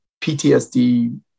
PTSD